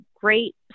great